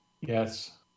Yes